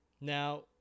now